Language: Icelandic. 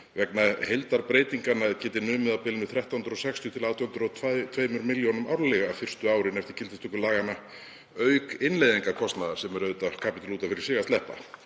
vegna heildarbreytinganna geti numið á bilinu 1.360 til 1.802 millj. kr. árlega fyrstu árin eftir gildistöku laganna auk innleiðingarkostnaðar“ — sem er auðvitað kapítuli út af fyrir sig að sleppa.